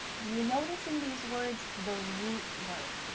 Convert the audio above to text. do you notice in these words the root word,